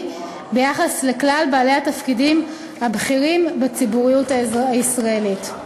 ביחס לכלל בעלי התפקידים הבכירים בציבוריות הישראלית.